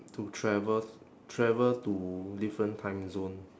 to travel travel to different timezone